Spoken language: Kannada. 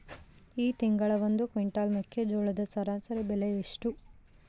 ಈ ತಿಂಗಳ ಒಂದು ಕ್ವಿಂಟಾಲ್ ಮೆಕ್ಕೆಜೋಳದ ಸರಾಸರಿ ಬೆಲೆ ಎಷ್ಟು?